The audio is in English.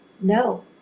No